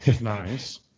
nice